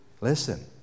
listen